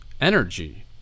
energy